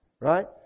right